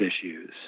issues